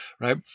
right